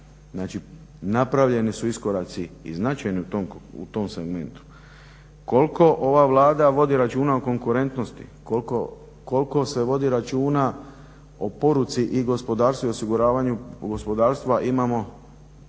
Znači napravljeni su iskoraci i značajni u tom segmentu. Koliko ova Vlada vodi računa o konkurentnosti, koliko se vodi računa o poruci i gospodarstvu i osiguranju gospodarstva imamo,